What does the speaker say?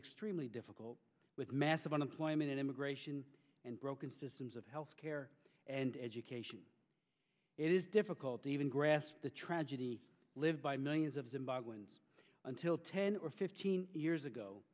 lly difficult with massive unemployment immigration and broken systems of health care and education it is difficult to even grasp the tragedy live by millions of zimbabweans until ten or fifteen years ago